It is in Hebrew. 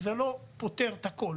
זה לא פותר את כל הבעיות.